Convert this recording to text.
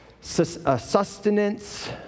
sustenance